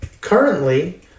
Currently